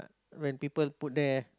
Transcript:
when people put there